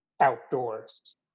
outdoors